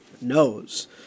knows